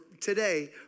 today